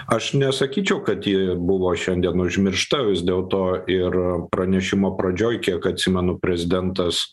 aš nesakyčiau kad ji buvo šiandien užmiršta vis dėlto ir pranešimo pradžioj kiek atsimenu prezidentas